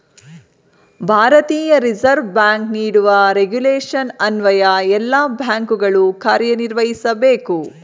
ಭಾರತೀಯ reserve bank ನೀಡುವ regulation ಅನ್ವಯ ಎಲ್ಲ ಬ್ಯಾಂಕುಗಳು ಕಾರ್ಯನಿರ್ವಹಿಸಬೇಕು